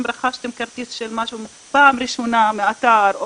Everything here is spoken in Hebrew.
אם רכשתם כרטיס של משהו פעם ראשונה מאתר,